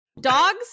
Dogs